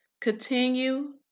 Continue